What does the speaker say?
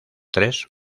tres